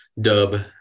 dub